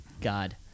God